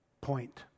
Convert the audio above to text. point